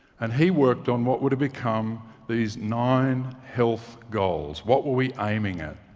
and he worked on what were to become these nine health goals what were we aiming at?